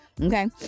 Okay